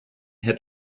had